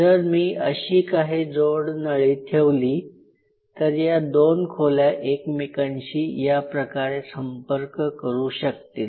जर मी अशी काही जोडनळी ठेवली तर या दोन खोल्या एकमेकांशी या प्रकारे संपर्क करू शकतील